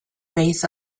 base